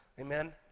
Amen